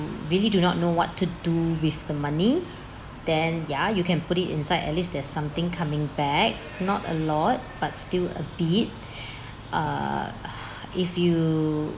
really do not know what to do with the money then ya you can put it inside at least there's something coming back not a lot but still a bit uh if you